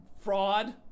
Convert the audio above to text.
fraud